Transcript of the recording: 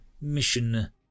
mission